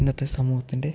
ഇന്നത്തെ സമൂഹത്തിൻ്റെ